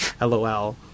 LOL